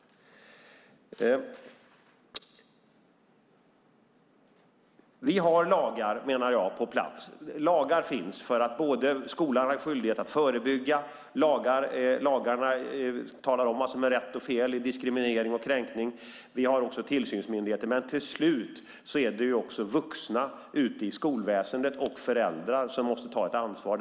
Vi har lagar på plats, menar jag. Lagar finns som säger att skolan har skyldighet att förebygga. Lagarna talar om vad som är rätt och fel i fråga om diskriminering och kränkning. Och vi har också tillsynsmyndigheter. Till slut är det dock vuxna ute i skolväsendet samt föräldrar som måste ta ansvar.